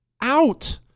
out